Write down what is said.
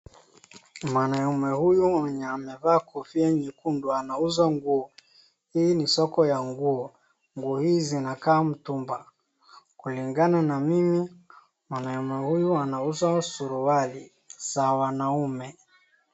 Mwanaume huyu mwenye amevaa kofia nyekundu anauza nguo. Hii ni soko ya nguo. Nguo hizi zinakaa mitumba. Kulingana na mimi mwanaume huyu anauza suruali za wanaume.